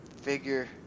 figure